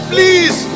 Please